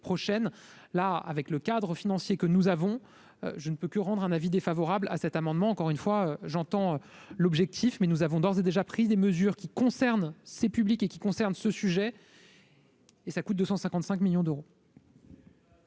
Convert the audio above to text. prochaine là avec le cadre financier que nous avons, je ne peut que rendre un avis défavorable à cet amendement, encore une fois, j'entends l'objectif mais nous avons d'ores et déjà pris des mesures qui concernent ces publique et qui concerne ce sujet et ça coûte 255 millions d'euros.